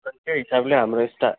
त्यही हिसाबले हाम्रो यता